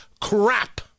crap